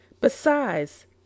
Besides